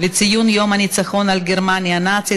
לציון יום הניצחון על גרמניה הנאצית,